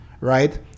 right